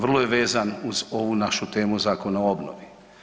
Vrlo je vezan uz ovu našu temu Zakona o obnovi.